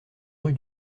rue